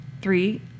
three